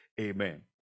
Amen